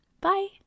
Bye